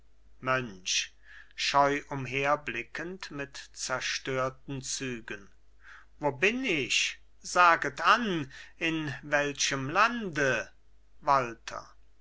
mönch scheu umherblickend mit zerstörten zügen wo bin ich saget an in welchem lande walther